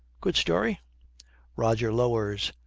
good story roger lowers.